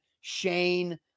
Shane